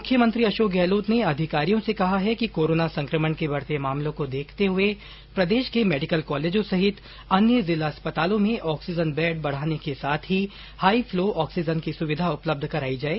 मुख्यमंत्री अशोक गहलोत ने अधिकारियों से कहा है कि कोरोना संकमण के बढते मामलो को देखते हुए प्रदेश के मेडिकल कॉलेजों सहित अन्य जिला अस्पतालों में ऑक्सीजन बेड बढाने के साथ ही हाई फ्लो ऑक्सीजन की सुविधा उपलब्ध कराई जाए